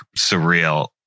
surreal